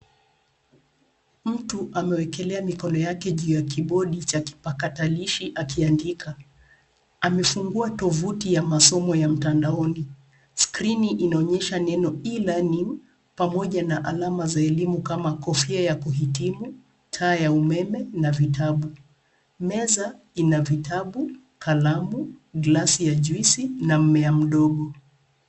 Mtu amewekelea mikono yake juu ya kibondi cha kipakatalishi akiandika. Amefungua tovuti ya masomo ya mtandaoni. Screeni inaonyesha neno E-learning , pamoja na alama za elimu kama kofia ya kuhitimu, taa ya umeme na vitabu. Meza ina vitabu, kalamu, glasi ya juisi na mmea mdogoo.